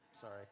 Sorry